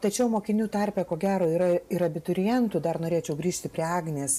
tačiau mokinių tarpe ko gero yra ir abiturientų dar norėčiau grįžti prie agnės